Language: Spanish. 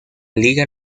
liga